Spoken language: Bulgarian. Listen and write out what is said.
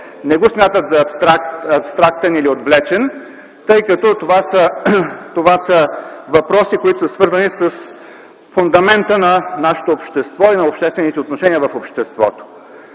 не го смятат за абстрактен или отвлечен, тъй като това са въпроси свързани с фундамента на нашето общество и на обществените отношения в него.